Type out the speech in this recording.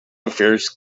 affairs